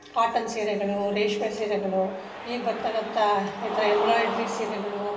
cotton ಸೀರೆಗಳು ರೇಷ್ಮೆ ಸೀರೆಗಳು ಈಗ ಬರ್ತಕ್ಕಂಥ ಈ ಥರ ಎಂಬ್ರಾಯ್ಡ್ರೀ ಸೀರೆಗಳು